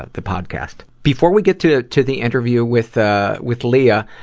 the podcast. before we get to, to the interview with, ah, with lia,